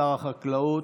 שר החקלאות,